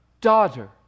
daughter